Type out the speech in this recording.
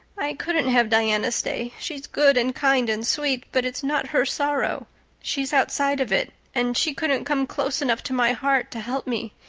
i couldn't have diana stay, she's good and kind and sweet but it's not her sorrow she's outside of it and she couldn't come close enough to my heart to help me.